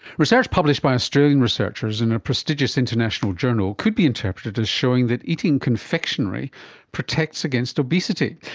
research published by australian researchers in a prestigious international journal could be interpreted as showing that eating confectionery protects against obesity.